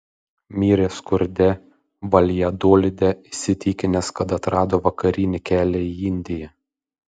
mirė skurde valjadolide įsitikinęs kad atrado vakarinį kelią į indiją